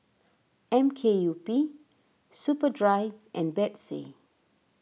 M K U P Superdry and Betsy